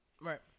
Right